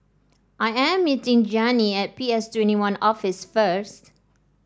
I am meeting Gianni at P S Twenty One Office first